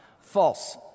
False